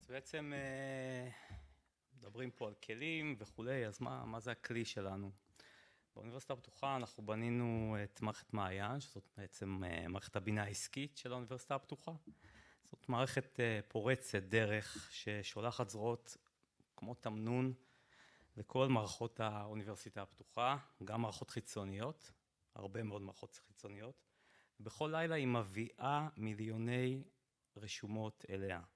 בעצם... מדברים פה על כלים וכו', אז מה... מה זה הכלי שלנו? באוניברסיטה הפתוחה אנחנו בנינו את מערכת "מעיין", שזאת בעצם מערכת הבינה העסקית של האוניברסיטה הפתוחה. זאת מערכת פורצת דרך, ששולחת זרועות כמו תמנון לכל מערכות האוניברסיטה הפתוחה, גם מערכות חיצוניות, הרבה מאוד מערכות חיצוניות. בכל לילה היא מביאה מיליוני רשומות אליה.